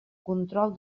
control